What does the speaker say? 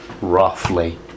roughly